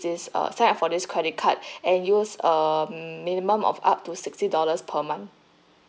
this uh sign up for this credit card and use um minimum of up to sixty dollars per month